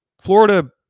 Florida